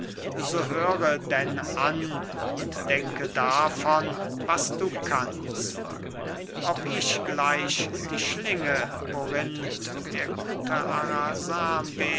so höre denn an und denke davon was du kannst ob ich gleich die schlinge worin der gute